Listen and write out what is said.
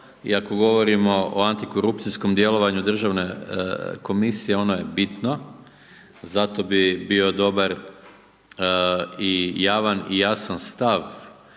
ako govorimo o antikorupcijskom djelovanju Državne komisije, ona je bitno, zato bi bio dobar i javan i jasan stav